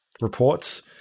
reports